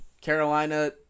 Carolina